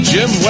Jim